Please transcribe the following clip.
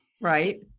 right